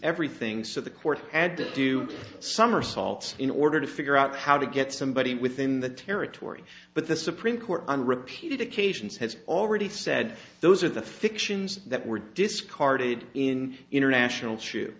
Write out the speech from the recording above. everything so the court had to do somersaults in order to figure out how to get somebody within the territory but the supreme court on repeated occasions has already said those are the fictions that were discarded in international